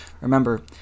remember